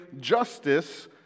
justice